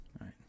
right